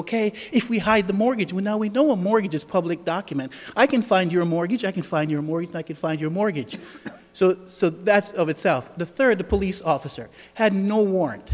ok if we hide the mortgage we know we know a mortgage is public document i can find your mortgage i can find your mortgage i could find your mortgage so so that's of itself the third the police officer had no warrant